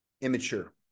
Immature